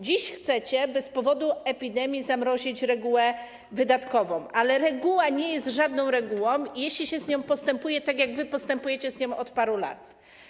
Dziś chcecie, by z powodu epidemii zamrozić regułę wydatkową, ale reguła nie jest żadną regułą, jeśli się z nią postępuje, jak wy postępujecie z nią od paru lat.